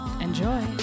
Enjoy